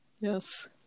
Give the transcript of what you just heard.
Yes